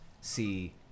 see